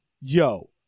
yo